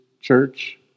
church